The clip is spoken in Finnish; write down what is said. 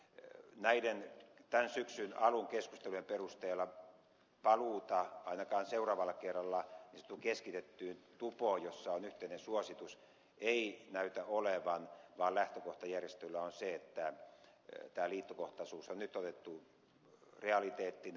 näiden tämän syksyn alun keskustelujen perusteella paluuta ainakaan seuraavalla kerralla niin sanottuun keskitettyyn tupoon jossa on yhteinen suositus ei näytä olevan vaan lähtökohta järjestöillä on se että tämä liittokohtaisuus on nyt otettu realiteettina